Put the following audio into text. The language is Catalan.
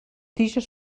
tiges